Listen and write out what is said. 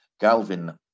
Galvin